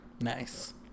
Nice